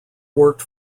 worked